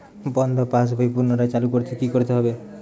বন্ধ পাশ বই পুনরায় চালু করতে কি করতে হবে?